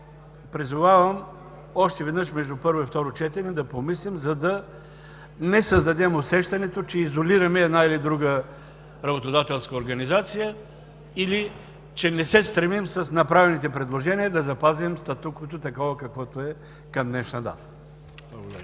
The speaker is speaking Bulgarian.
Затова призовавам още веднъж да помислим между първо и четене, за да не създадем усещането, че изолираме една или друга работодателска организация или че не се стремим с направените предложения да запазим статуквото, каквото е към днешна дата. Благодаря